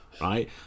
Right